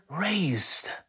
raised